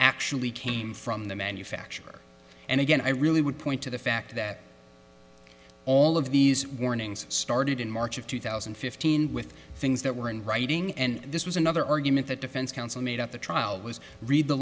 actually came from the manufacturer and again i really would point to the fact that all of these warnings started in march of two thousand and fifteen with things that were in writing and this was another argument that defense counsel made at the trial was read the